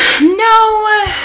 No